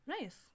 Nice